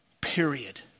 Period